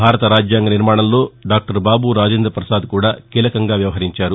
భారత రాజ్యాంగ నిర్మాణంలో డాక్టర్ బాబు రాజేంద్ర ప్రసాద్ కూడా కీలకంగా వ్యవహరించారు